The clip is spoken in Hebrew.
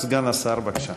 סגן השר, בבקשה.